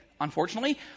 unfortunately